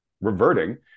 reverting